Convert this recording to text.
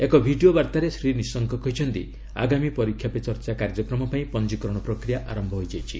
ଏକ ଭିଡ଼ିଓ ବାର୍ତ୍ତାରେ ଶ୍ରୀ ନିଶଙ୍କ କହିଛନ୍ତି ଆଗାମୀ 'ପରୀକ୍ଷା ପେ ଚର୍ଚ୍ଚା' କାର୍ଯ୍ୟକ୍ରମ ପାଇଁ ପଞ୍ଜିକରଣ ପ୍ରକ୍ରିୟା ଆରମ୍ଭ ହୋଇଯାଇଛି